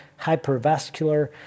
hypervascular